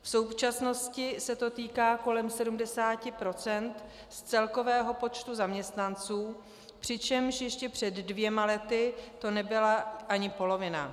V současnosti se to týká kolem 70 % z celkového počtu zaměstnanců, přičemž ještě před dvěma lety to nebyla ani polovina.